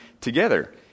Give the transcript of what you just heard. together